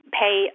pay